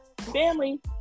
family